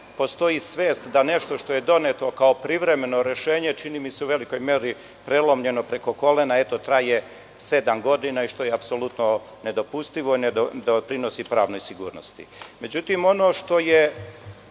postoji svest da je nešto što je doneto kao privremeno rešenje, čini mi se, u velikoj meri prelomljeno preko kolena i, eto, traje sedam godina, što je apsolutno nedopustivo i ne doprinosi pravnoj sigurnosti.Međutim, ono što je